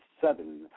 seven